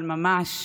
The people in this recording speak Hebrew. אבל ממש,